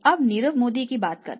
अब नीरव मोदी की बात करें